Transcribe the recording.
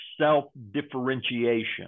self-differentiation